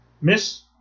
Miss